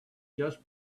just